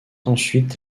ensuite